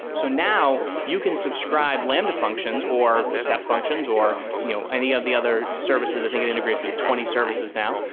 so now you can subscribe lambda functions or step functions or you know any of the other services. i think it integrates with twenty services now,